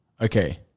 okay